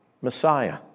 Messiah